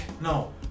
No